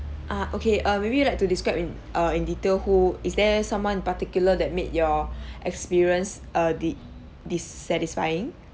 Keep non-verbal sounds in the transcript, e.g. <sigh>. ah okay uh maybe you like to describe in err in detail who is there someone in particular that made your <breath> experience err di~ dissatisfying